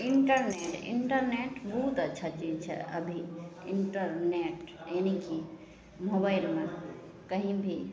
internet internet बहुत अच्छा चीज छै अभी इन्टरनेट यानीकि मोबाइलमे कहीँ भी